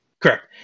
Correct